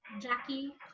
Jackie